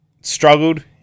struggled